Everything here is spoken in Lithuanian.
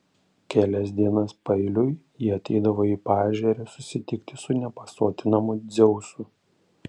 kelias dienas paeiliui ji ateidavo į paežerę susitikti su nepasotinamu dzeusu